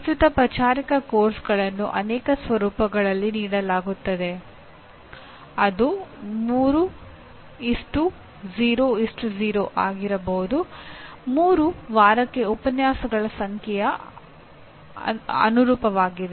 ಪ್ರಸ್ತುತ ಪಚಾರಿಕ ಪಠ್ಯಕ್ರಮಗಳನ್ನು ಅನೇಕ ಸ್ವರೂಪಗಳಲ್ಲಿ ನೀಡಲಾಗುತ್ತದೆ ಅದು 3 0 0 ಆಗಿರಬಹುದು 3 ವಾರಕ್ಕೆ ಉಪನ್ಯಾಸಗಳ ಸಂಖ್ಯೆಗೆ ಅನುರೂಪವಾಗಿದೆ